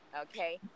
Okay